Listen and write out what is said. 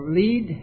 lead